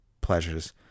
pleasures